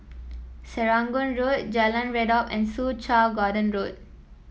Serangoon Road Jalan Redop and Soo Chow Garden Road